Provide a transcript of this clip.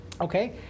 Okay